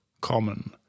common